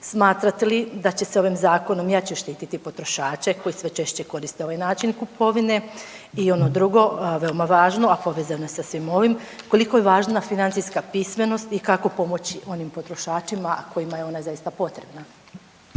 Smatrate li da će se ovim zakonom jače štititi potrošače koji sve češće koriste ovaj način kupovine? I ono drugo, veoma važno, a povezano je sa svim ovim, koliko je važna financijska pismenost i kako pomoći onim potrošačima kojima je ona zaista potrebna?